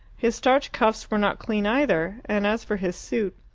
his starched cuffs were not clean either, and as for his suit,